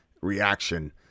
reaction